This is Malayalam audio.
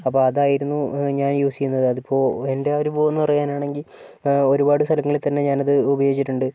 അപ്പം അതായിരുന്നു ഞാൻ യൂസ് ചെയ്യുന്നത് അതിപ്പോൾ എൻ്റെ ആ അനുഭവം എന്ന് പറയാനാണെങ്കിൽ ഒരുപാട് സ്ഥലങ്ങളിൽ തന്നെ ഞാനത് ഉപയോഗിച്ചിട്ടുണ്ട്